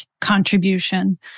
contribution